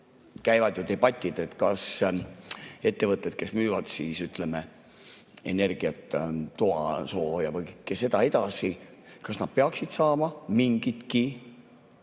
Käivad ju debatid, et kas ettevõtted, kes müüvad siis, ütleme, energiat, toasooja või kõike seda edasi, peaksid saama mingitki